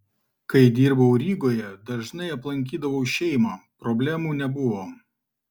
kai dirbau rygoje dažnai aplankydavau šeimą problemų nebuvo